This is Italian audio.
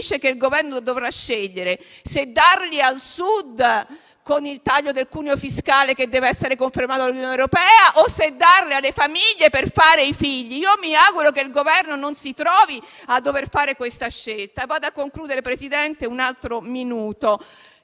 dice che il Governo dovrà scegliere se darli al Sud con il taglio del cuneo fiscale (che dev'essere confermato dall'Unione europea) o alle famiglie per fare figli. Mi auguro che il Governo non si trovi a dover fare questa scelta. Signor Presidente, il punto